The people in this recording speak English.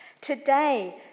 Today